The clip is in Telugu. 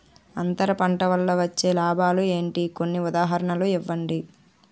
అంతర పంట వల్ల వచ్చే లాభాలు ఏంటి? కొన్ని ఉదాహరణలు ఇవ్వండి?